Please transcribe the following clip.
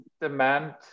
demand